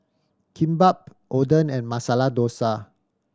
Kimbap Oden and Masala Dosa